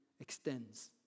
extends